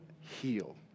heal